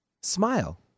Smile